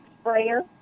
sprayer